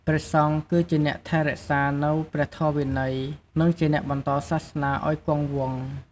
ព្រះសង្ឃគឺជាអ្នកថែរក្សានូវព្រះធម៌វិន័យ និងជាអ្នកបន្តសាសនាឲ្យគង់វង្ស។